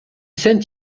saint